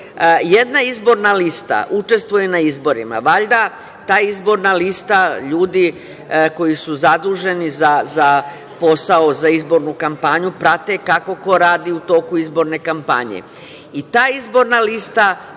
jedna izborna lista učestvuje na izborima, valjda ta izborna lista, ljudi koji su zaduženi za posao, za izbornu kampanju prate kako ko radi u toku izborne kampanje. Ta izborna lista